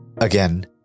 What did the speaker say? Again